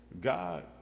God